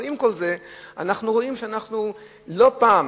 אבל עם כל זה אנחנו רואים שאנחנו לא פעם,